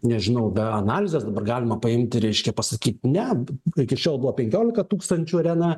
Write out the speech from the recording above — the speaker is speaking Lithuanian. nežinau be analizės dabar galima paimti reiškia pasakyt ne iki šiol buvo penkiolika tūkstančių arena